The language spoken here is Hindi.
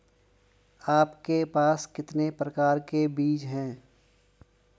आपके पास कितने प्रकार के बीज हैं?